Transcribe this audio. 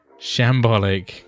shambolic